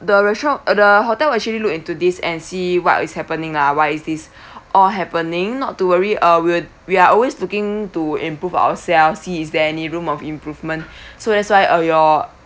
the restaurant uh the hotel will actually look into this and see what is happening lah why is this all happening not to worry uh we'll we're always looking to improve ourselves see is there any room of improvement so that's why uh your